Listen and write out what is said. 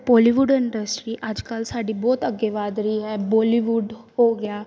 Bollywood industry ਅੱਜ ਕੱਲ੍ਹ ਸਾਡੀ ਬਹੁਤ ਅੱਗੇ ਵਧ ਰਹੀ ਹੈ ਬੋਲੀਵੁੱਡ ਹੋ ਗਿਆ